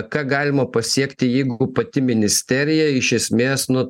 ką galima pasiekti jeigu pati ministerija iš esmės nu